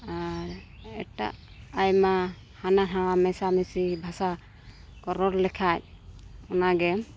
ᱟᱨ ᱮᱴᱟᱜ ᱟᱭᱢᱟ ᱦᱟᱱᱟᱼᱱᱚᱣᱟ ᱢᱮᱥᱟᱢᱮᱥᱤ ᱟᱭᱢᱟ ᱠᱚ ᱨᱚᱲ ᱞᱮᱠᱷᱟᱡ ᱚᱱᱟᱜᱮ